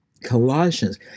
Colossians